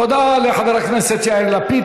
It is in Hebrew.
תודה לחבר הכנסת יאיר לפיד.